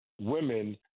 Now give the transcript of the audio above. women